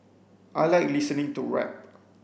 I like listening to rap